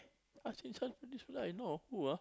i say this who's this cause I know who ah